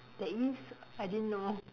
there is I didn't know